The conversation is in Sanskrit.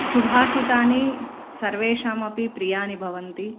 सुभाषितानि सर्वेषामपि प्रियाः भवन्ति